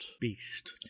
beast